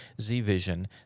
Z-Vision